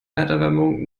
erderwärmung